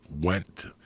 went